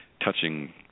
touching